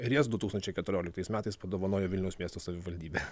ir jas du tūkstančiai keturioliktais metais padovanojo vilniaus miesto savivaldybė